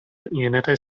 united